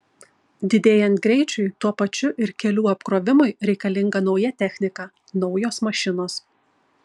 didėjant greičiui tuo pačiu ir kelių apkrovimui reikalinga nauja technika naujos mašinos